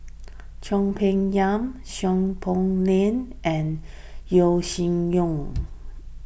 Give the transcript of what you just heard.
Peng Yam Seow Poh Leng and Yeo Shih Yun